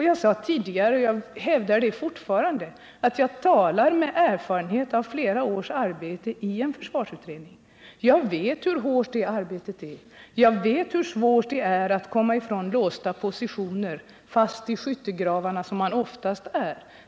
Jag sade tidigare och jag hävdar fortfarande att jag talar med erfarenhet av flera års arbete i en försvarsutredning. Jag vet hur hårt det arbetet är och hur svårt det är att komma ifrån låsta positioner, fast i skyttegravarna som man oftast är.